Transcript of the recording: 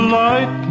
light